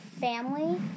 family